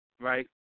right